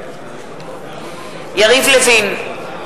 יריב לוין,